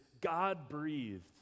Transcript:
God-breathed